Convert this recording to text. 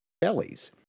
bellies